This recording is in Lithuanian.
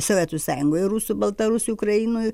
sovietų sąjungoj rusų baltarusių ukrainoj